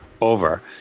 over